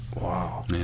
Wow